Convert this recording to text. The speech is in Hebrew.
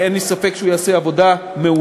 אין לי ספק שהוא יעשה עבודה מעולה,